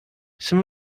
some